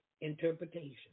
interpretation